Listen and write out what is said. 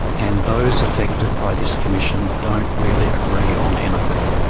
and those affected by this commission don't really agree on anything.